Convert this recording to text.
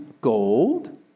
gold